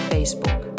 Facebook